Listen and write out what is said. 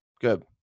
Good